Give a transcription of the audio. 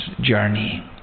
journey